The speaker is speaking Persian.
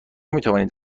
میتوانید